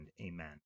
Amen